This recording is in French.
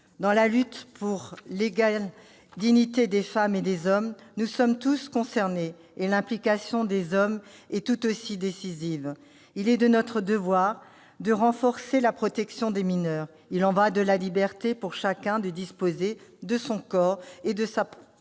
Dans la lutte pour l'égale dignité des femmes et des hommes, nous sommes tous concernés, et l'implication des hommes est tout aussi décisive. Il est de notre devoir de renforcer la protection des mineurs. Il y va de la liberté pour chacun de disposer de son corps et de sa propre vie